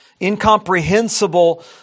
incomprehensible